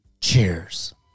cheers